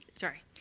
Sorry